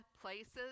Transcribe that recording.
places